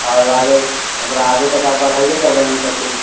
आओर आगे ओकरा आओर आगे तक बढ़ेबे करबै हम सबकिछु